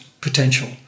potential